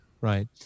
right